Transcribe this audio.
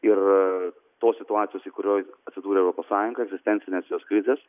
ir tos situacijos į kurioj atsidūrė europos sąjunga egzistencinės jos krizės